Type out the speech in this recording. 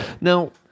Now